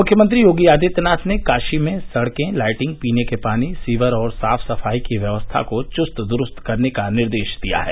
मुख्यमंत्री योगी आदित्यनाथ ने काशी में सड़के लाइटिंग पीने के पानी सीवर और साफ़ सफ़ाई की व्यवस्था को चुस्त दूरस्त करने का निर्देश दिया है